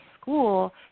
school